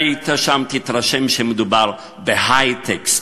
תתרשם שמדובר בהיי-טקסטיל.